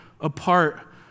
apart